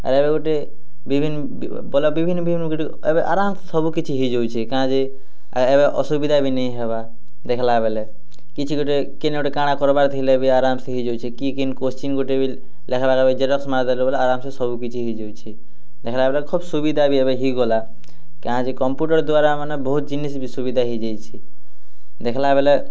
ଆର୍ ଏବେ ଗୁଟେ ବିଭିନ୍ନ ବୋଲେ ବିଭିନ୍ନ ବିଭିନ୍ନ ଗୁଟେ ଏବେ ଆରାମ୍ସେ ସବୁ କିଛି ହେଇଯାଉଛେ କାଁ ଯେ ଆର୍ ଏବେ ଅସୁବିଧା ବି ନେଇଁ ହେବା ଦେଖ୍ଲା ବେଲେ କିଛି ଗୋଟେ କେନେ ଗୋଟେ କାଣା କର୍ବାର୍ ଥିଲେ ବି ଆରାମ୍ସେ ହେଇଯାଉଛେ କି କେନ୍ କୋସ୍ଚିନ୍ ଗୋଟେ ବି ଲେଖ୍ବାକେ ବି ଜେରକ୍ସ ମାରିଦେଲୁ ବୋଲେ ଆରାମ୍ସେ ସବୁ କିଛି ହେଇ ଯାଉଛେ ଦେଖ୍ଲା ବେଲେ ଖୋବ୍ ସୁବିଧା ବି ଏବେ ହେଇଗଲା କାଁ ଯେ କମ୍ପୁଟର୍ ଦ୍ୱାରା ମାନେ ବହୁତ୍ ଜିନିଷ୍ ବି ସୁବିଧା ହେଇ ଯାଇଛେ ଦେଖ୍ଲା ବେଲେ